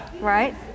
Right